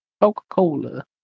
Coca-Cola